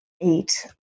eight